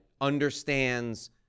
understands